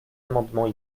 amendements